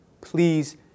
Please